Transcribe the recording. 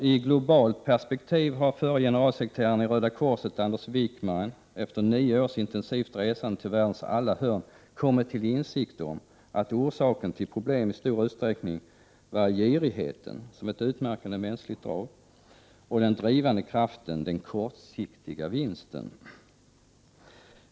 I globalt perspektiv har förre generalsekreteraren i Röda korset, Anders Wijkman, efter nio års intensivt resande till världens alla hörn, kommit till insikt om att orsaken till världens problem i stor utsträckning är girigheten som ett utmärkande mänskligt drag, och den drivande kraften den kortsiktiga vinsten.